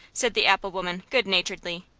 said the apple-woman, good-naturedly.